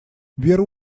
веру